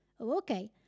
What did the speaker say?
okay